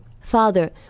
Father